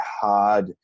hard